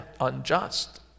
unjust